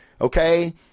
Okay